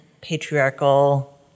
patriarchal